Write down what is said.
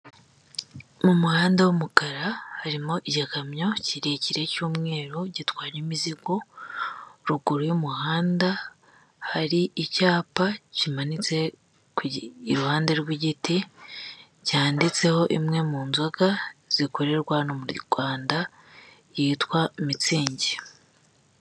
Mu muhanda w'umukara harimo igikamyo kirekire cy'umweru gitwara imizigo ruguru y'umuhanda hari icyapa kimanitse iruhande rw'igiti cyanditseho imwe mu nzoga zikorerwa mu Rwanda yitwa mitsingi.